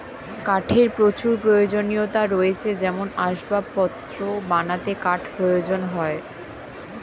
কাঠের প্রচুর প্রয়োজনীয়তা রয়েছে যেমন আসবাবপত্র বানাতে কাঠ প্রয়োজন হয়